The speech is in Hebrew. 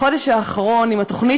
בחודש האחרון עם התוכנית,